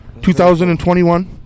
2021